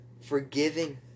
forgiving